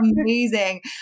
amazing